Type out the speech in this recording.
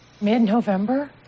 Mid-November